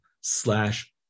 slash